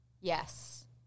Yes